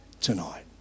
tonight